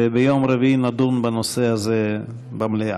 וביום רביעי נדון בנושא הזה במליאה.